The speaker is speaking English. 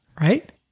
right